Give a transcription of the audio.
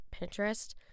Pinterest